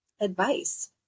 advice